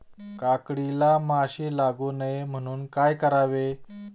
काकडीला माशी लागू नये म्हणून काय करावे?